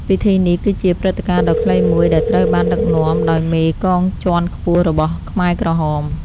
ពិធីនេះគឺជាព្រឹត្តិការណ៍ដ៏ខ្លីមួយដែលត្រូវបានដឹកនាំដោយមេកងជាន់ខ្ពស់របស់ខ្មែរក្រហម។